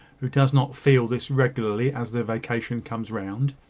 who does not feel this regularly as the vacation comes round?